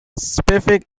specific